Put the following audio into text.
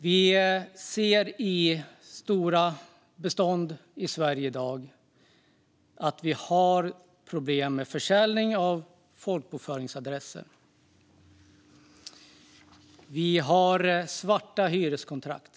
Vi ser att vi i stora bestånd i Sverige i dag har problem med försäljning av folkbokföringsadresser. Vi har svarta hyreskontrakt.